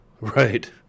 Right